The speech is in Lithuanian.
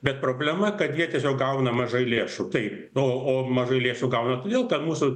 bet problema kad jie tiesiog gauna mažai lėšų taip o o mažai lėšų gauna todėl mūsų